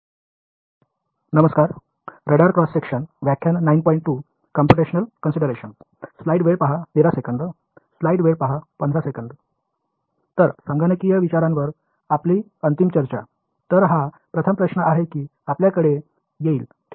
तर संगणकीय विचारांवर आपली अंतिम चर्चा तर हा प्रथम प्रश्न आहे जो आपल्याकडे येईल ठीक